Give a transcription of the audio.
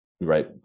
right